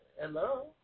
hello